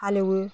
हालेवो